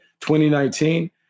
2019